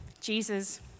Jesus